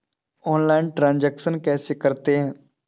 Online transaction कैसे करते हैं?